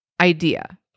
idea